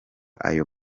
ayo